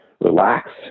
relax